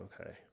Okay